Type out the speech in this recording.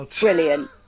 brilliant